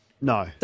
No